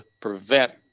prevent